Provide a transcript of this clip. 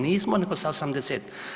Nismo, nego sa 80.